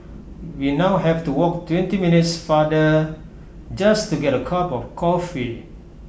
we now have to walk twenty minutes farther just to get A cup of coffee